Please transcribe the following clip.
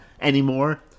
anymore